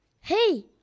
Hey